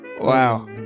Wow